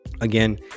again